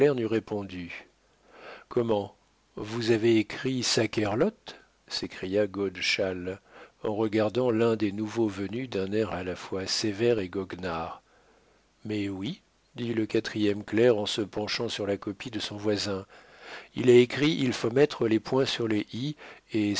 répondu comment vous avez écrit saquerlotte s'écria godeschal en regardant l'un des nouveaux venus d'un air à la fois sévère et goguenard mais oui dit le quatrième clerc en se penchant sur la copie de son voisin il a écrit il faut mettre les points sur les i et